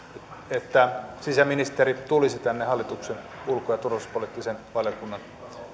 että sisäministeri tulisi hallituksen ulko ja turvallisuuspoliittisen valiokunnan